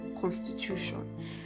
constitution